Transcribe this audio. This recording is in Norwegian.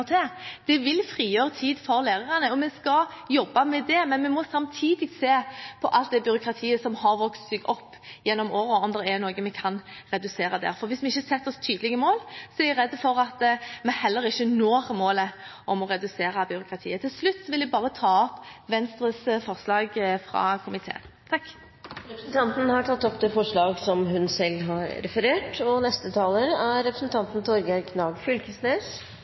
til. Vi vil frigjøre tid for lærerne, og vi skal jobbe med det, men vi må samtidig se på alt det byråkratiet som har vokst fram gjennom årene, og om det er noe vi kan redusere der. For hvis vi ikke setter oss tydelige mål, er jeg redd for at vi heller ikke når målet om å redusere byråkratiet. Til slutt vil jeg ta opp Venstres forslag i innstillingen. Representanten Iselin Nybø har tatt opp det forslaget hun refererte til. Eg stiller meg også i rekkja av representantar som